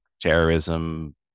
terrorism